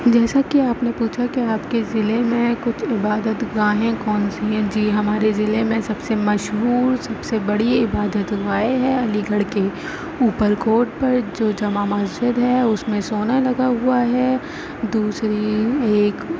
جیسا کہ آپ نے پوچھا کہ آپ کے ضلعے میں کچھ عبادت گاہیں کون سی ہیں جی ہمارے ضلعے میں سب سے مشہور سب سے بڑی عبادت گاہ ہے علی گڑھ کے اوپر کوٹ پر جو جامع مسجد ہے اس میں سونا لگا ہوا ہے دوسری ایک